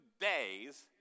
days